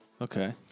Okay